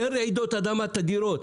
אין רעידות אדמה תדירות.